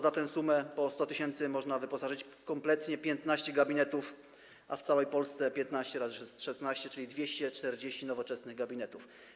Za tę sumę, po 100 tys., można kompletnie wyposażyć 15 gabinetów, a w całej Polsce 15 razy 16, czyli 240 nowoczesnych gabinetów.